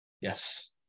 Yes